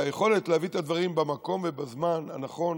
היכולת להביא את הדברים במקום ובזמן הנכון,